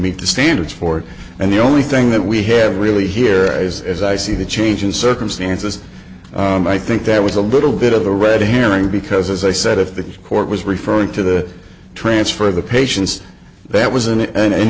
meet the standards for it and the only thing that we have really here is as i see the change in circumstances and i think that was a little bit of a red herring because as i said if the court was referring to the transfer of the patients that was in an